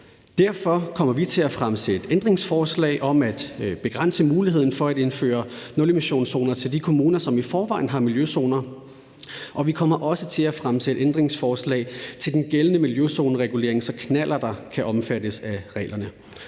Derfor kommer vi til at stille ændringsforslag om at begrænse muligheden for at indføre nulemissionszoner til at være i de kommuner, som i forvejen har miljøzoner, og vi kommer også til at stille ændringsforslag til den gældende miljøzoneregulering, så knallerter kan omfattes af reglerne.